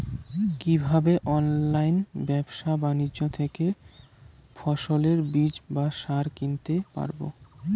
কীভাবে অনলাইন ব্যাবসা বাণিজ্য থেকে ফসলের বীজ বা সার কিনতে পারবো?